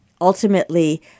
ultimately